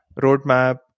roadmap